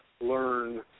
learn